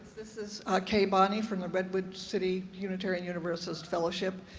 this is kay bonnie from the redwood city unitarian universalist fellowship.